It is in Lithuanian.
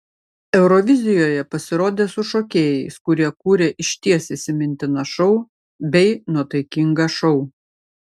eurovizijoje pasirodė su šokėjais kurie kūrė išties įsimintiną šou bei nuotaikingą šou